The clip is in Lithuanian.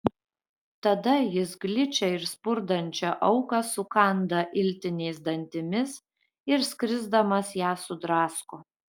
tada jis gličią ir spurdančią auką sukanda iltiniais dantimis ir skrisdamas ją sudrasko